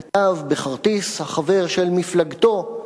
כתב בכרטיס החבר של מפלגתו,